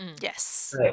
Yes